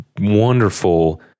wonderful